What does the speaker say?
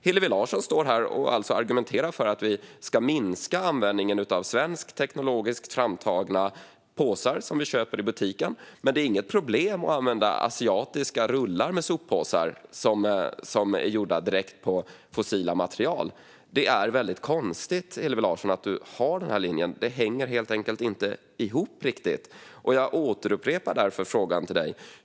Hillevi Larsson står här och argumenterar för att vi ska minska användningen av svenskt teknologiskt framtagna påsar som vi köper i butiken. Men det är inget problem att använda asiatiska rullar med soppåsar som är gjorda direkt på fossila material. Det är väldigt konstigt, Hillevi Larsson, att du har den här linjen. Det hänger helt enkelt inte riktigt ihop. Jag upprepar därför frågan till dig.